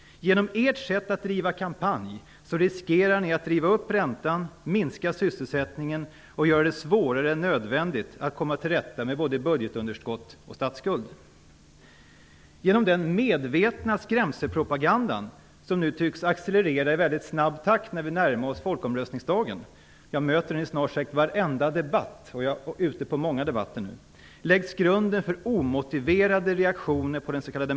Genom ert sätt att driva kampanj riskerar ni att driva upp räntan, minska sysselsättningen och göra det svårare än nödvändigt att komma till rätta med både budgetunderskott och statsskuld. Genom den medvetna skrämselpropaganda som nu tycks accelerera i väldigt snabb takt när vi närmar oss folkomröstningsdagen - jag möter den i snart sagt varenda debatt, och jag är ute på många debatter nu - läggs grunden för omotiverade reaktioner på den s.k.